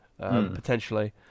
potentially